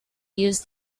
use